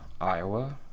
Iowa